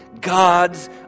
God's